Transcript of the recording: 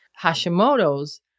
Hashimoto's